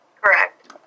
Correct